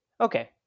Okay